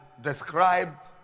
described